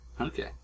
okay